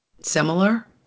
similar